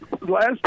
last